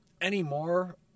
anymore